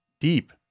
deep